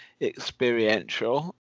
experiential